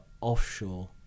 offshore